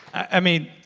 i mean,